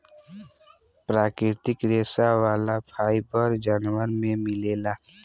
प्राकृतिक रेशा वाला फाइबर जानवर में मिलेला